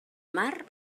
mar